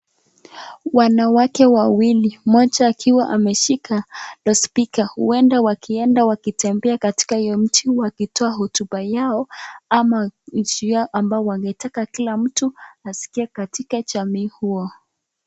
Wanawake wawili mmoja akiwa ameshika spika huenda wakienda wakitembea katika hiyo nchi wakitoa hotuba yao ama njia ambayo wangetaka kila mtu askie katika jamii huo.